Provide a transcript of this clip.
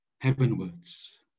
heavenwards